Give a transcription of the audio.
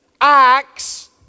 acts